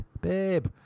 Babe